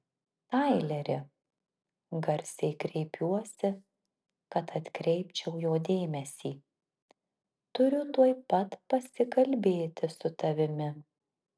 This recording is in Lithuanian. taileri garsiai kreipiuosi kad atkreipčiau jo dėmesį turiu tuoj pat pasikalbėti su tavimi